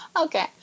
Okay